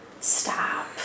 stop